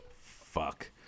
fuck